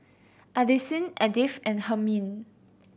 Addisyn Edyth and Hermine